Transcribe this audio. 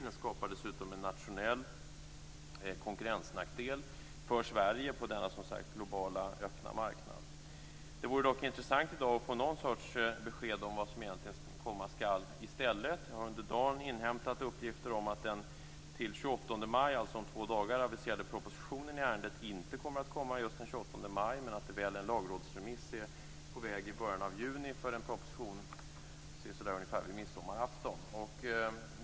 Den skapar dessutom en nationell konkurrensnackdel för Sverige på denna globala öppna marknad. Det vore dock intressant att i dag få någon sorts besked om vad som komma skall i stället. Jag har under dagen inhämtat uppgifter om att den till den 28 maj, alltså om två dagar, aviserade propositionen i ärendet inte kommer just den 28 maj men att väl en lagrådsremiss är på väg i början av juni för en proposition ungefär vid midsommar.